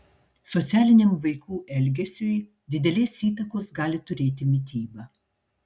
socialiniam vaikų elgesiui didelės įtakos gali turėti mityba